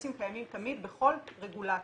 אינטרסים קיימים תמיד בכל רגולציה,